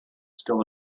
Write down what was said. still